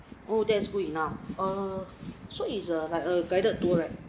oh that's good enough err so is a like a guided tour right